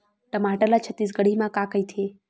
टमाटर ला छत्तीसगढ़ी मा का कइथे?